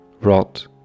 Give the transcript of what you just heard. rot